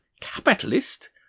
capitalist